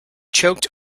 choked